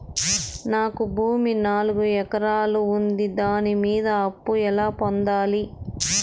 నాకు భూమి నాలుగు ఎకరాలు ఉంది దాని మీద అప్పు ఎలా పొందాలి?